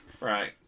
right